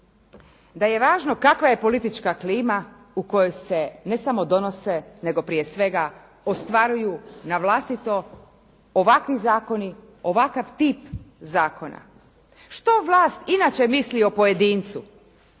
da je važno kakva je politička klima u kojoj se ne samo donose, nego prije svega ostvaruju na vlastito ovakvi zakoni, ovakav tip zakona. Što vlast inače misli o pojedincu?